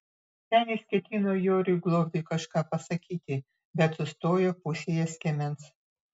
senis ketino joriui globiui kažką pasakyti bet sustojo pusėje skiemens